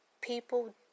people